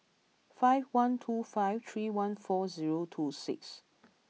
five one two five three one four zero two six